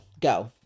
go